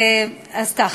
אז ככה.